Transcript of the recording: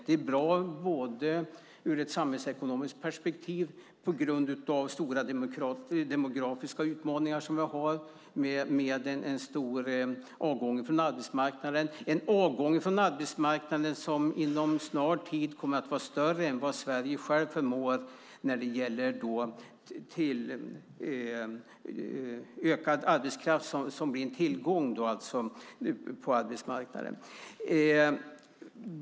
Det är bra ur ett samhällsekonomiskt perspektiv på grund av de stora demografiska utmaningar som vi har med en stor avgång från arbetsmarknaden, som inom snar tid kommer att vara större än vad Sverige självt förmår när det gäller ökad arbetskraft. Det blir en tillgång på arbetsmarknaden.